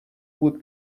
بود